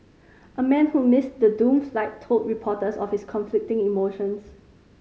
a man who missed the doomed flight told reporters of his conflicting emotions